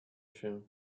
się